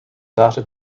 data